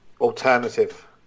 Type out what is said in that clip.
alternative